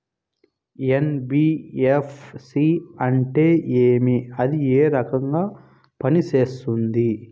NBFC అంటే ఏమి అది ఏ రకంగా పనిసేస్తుంది